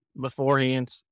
Beforehand